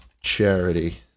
charity